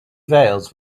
veils